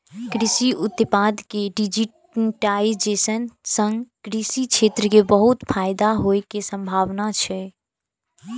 कृषि उत्पाद के डिजिटाइजेशन सं कृषि क्षेत्र कें बहुत फायदा होइ के संभावना छै